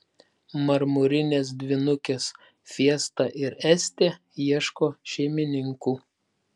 marmurinės dvynukės fiesta ir estė ieško šeimininkų